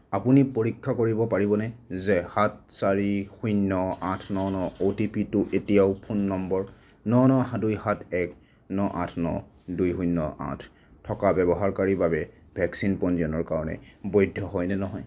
আপুনি পৰীক্ষা কৰিব পাৰিবনে যে সাত চাৰি শূন্য আঠ ন ন অ' টি পিটো এতিয়াও ফোন নম্বৰ ন ন সা দুই সাত এক ন দুই শূন্য আঠ থকা ব্যৱহাৰকাৰীৰ বাবে ভেকচিন পঞ্জীয়নৰ কাৰণে বৈধ হয় নে নহয়